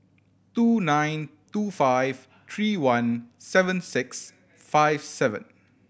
two nine two five three one seven six five seven